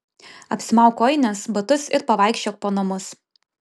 apsimauk kojines batus ir pavaikščiok po namus